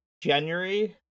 january